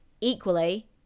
Equally